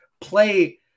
play